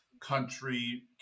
country